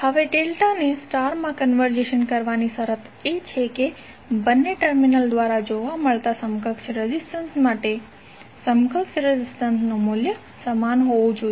હવે ડેલ્ટાને સ્ટારમાં કન્વર્ઝેશન કરવાની શરત એ છે કે બંને ટર્મિનલ્સ દ્વારા જોવા મળતા સમકક્ષ રેઝિસ્ટન્સ માટે સમકક્ષ રેઝિસ્ટન્સનું મૂલ્ય સમાન હોવું જોઈએ